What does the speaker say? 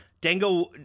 Dango